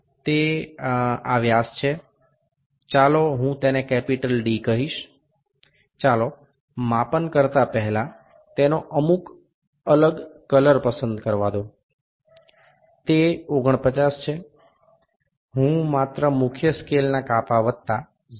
તે આ વ્યાસ છે ચાલો હું તેને કેપિટલ D કહીશ ચાલો માપન કરતા પહેલા તેનો અમુક અલગ કલર પસંદ કરવા દો તે 49 છે હું માત્ર મુખ્ય સ્કેલના કાપા વત્તા 0